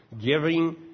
giving